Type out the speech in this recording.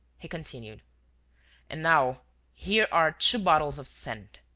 he continued and now here are two bottles of scent.